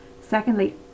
secondly